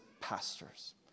pastors